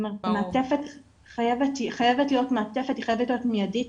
כלומר המעטפת חייבת להיות מידית.